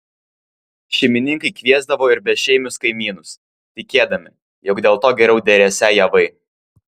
šeimininkai kviesdavo ir bešeimius kaimynus tikėdami jog dėl to geriau derėsią javai